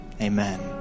Amen